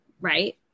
Right